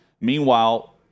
Meanwhile